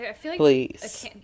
please